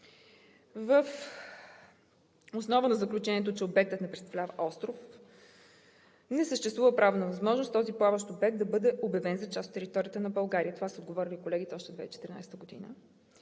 Въз основа на заключението, че обектът не представлява остров, не съществува правна възможност този плаващ обект да бъде обявен за част от територията на България – това са отговорили колегите още през 2014 г.